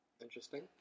Interesting